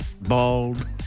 bald